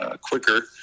quicker